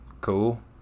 cool